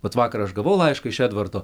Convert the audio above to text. vat vakar aš gavau laišką iš edvardo